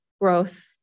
growth